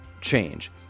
change